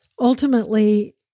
ultimately